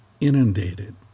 inundated